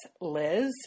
Liz